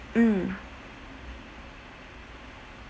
mm